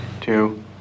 Two